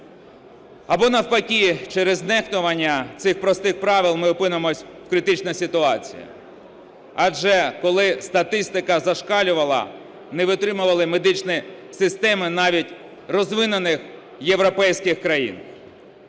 або, навпаки, через нехтування цих простих правил ми опинимося в критичній ситуації. Адже, коли статистика зашкалювала, не витримували медичні системи навіть розвинених європейських країн.